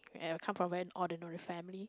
and I come from an ordinary family